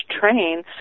Train